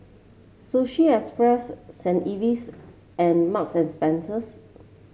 Sushi Express Saint Ives and Marks and Spencer